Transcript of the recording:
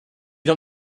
you